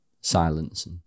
Silence